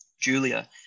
Julia